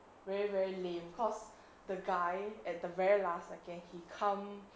very very lame cause the guy at the very last second he come